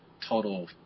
total